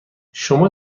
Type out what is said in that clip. شما